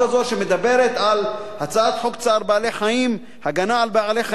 הצעת חוק צער בעלי-חיים (הגנה על בעלי-חיים) (תיקון,